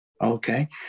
Okay